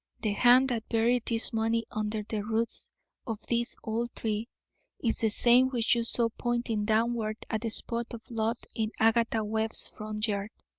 the hand that buried this money under the roots of this old tree is the same which you saw pointing downward at the spot of blood in agatha webb's front yard.